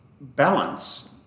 balance